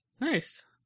Nice